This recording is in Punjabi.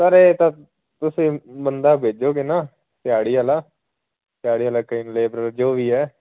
ਸਰ ਇਹ ਤਾਂ ਤੁਸੀਂ ਬੰਦਾ ਭੇਜੋਗੇ ਨਾ ਦਿਹਾੜੀ ਵਾਲਾ ਦਿਹਾੜੀ ਵਾਲਾ ਕਿ ਲੇਬਰ ਜੋ ਵੀ ਹੈ